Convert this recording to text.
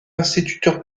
instituteur